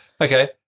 okay